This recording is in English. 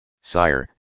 Sire